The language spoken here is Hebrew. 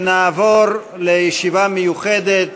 נעבור לישיבה מיוחדת